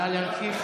נא להמשיך.